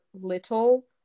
little